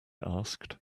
asked